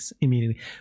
immediately